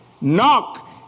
Knock